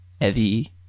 heavy